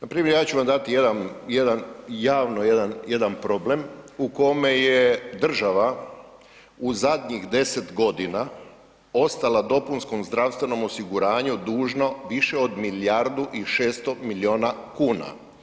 Npr. ja ću vam dati jedan, javno jedan problem u kome je država u zadnjih 10 g. ostala dopunskom zdravstvenom osiguranju dužna više od milijardu i 600 milijuna kuna.